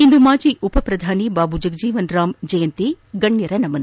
ಇಂದು ಮಾಜಿ ಉಪಪ್ರಧಾನಿ ಬಾಬು ಜಗಜೀವನ್ ರಾಮ್ ಜಯಂತಿ ಗಣ್ನರ ನಮನ